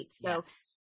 Yes